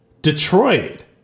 Detroit